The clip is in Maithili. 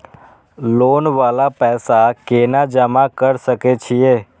लोन वाला पैसा केना जमा कर सके छीये?